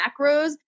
macros